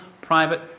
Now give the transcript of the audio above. private